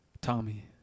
Tommy